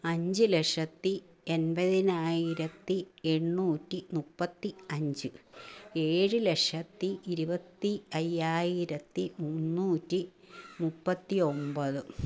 അഞ്ച് ലക്ഷത്തി എൺപതിനായിരത്തി എണ്ണൂറ്റി മുപ്പത്തി അഞ്ച് ഏഴ് ലക്ഷത്തി ഇരുപത്തി അയ്യായിരത്തി മുന്നൂറ്റി മുപ്പത്തി ഒമ്പത്